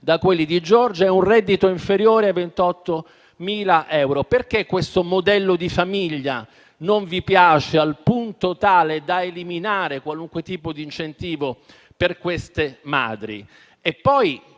da quello di Giorgia e un reddito inferiore ai 28.000 euro. Perché questo modello di famiglia non vi piace al punto tale da eliminare qualunque tipo di incentivo per queste madri?